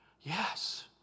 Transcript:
yes